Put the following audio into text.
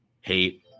hate